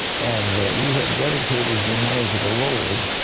and you have dedicated your money to the lord.